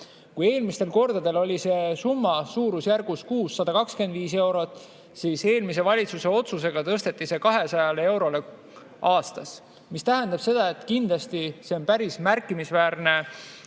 Kui eelmistel kordadel oli see summa suurusjärgus 125 eurot, siis eelmise valitsuse otsusega tõsteti see 200 eurole aastas. See tähendab seda, et kindlasti on see päris märkimisväärne